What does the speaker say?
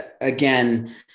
again